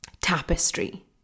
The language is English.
tapestry